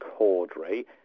Caudry